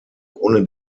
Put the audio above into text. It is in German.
ohne